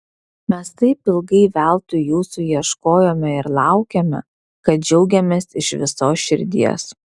mes taip ilgai veltui jūsų ieškojome ir laukėme kad džiaugiamės iš visos širdies